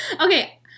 okay